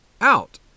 out